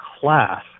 class